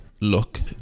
Look